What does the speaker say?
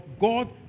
God